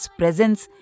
presence